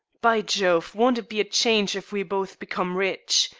by jove, won't it be a change if we both become rich!